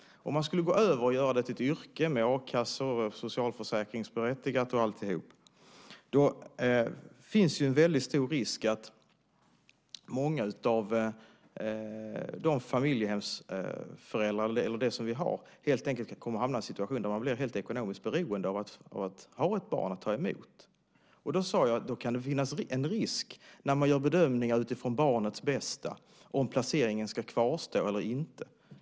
Om man går över till att göra det till ett yrke med a-kassa och rätt till socialförsäkring finns det en stor risk att många av familjehemmen kan hamna i en situation där man blir ekonomiskt helt beroende av att det finns ett barn att ta emot. Jag sade att det då kan finnas en risk när man gör bedömningar utifrån barnets bästa om placeringen ska kvarstå eller inte.